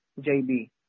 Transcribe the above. JB